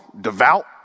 devout